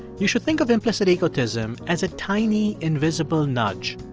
you should think of implicit egotism as a tiny, invisible nudge.